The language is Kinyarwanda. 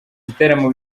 gitaramo